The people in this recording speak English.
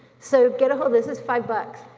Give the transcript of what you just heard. so get ahold, this is five but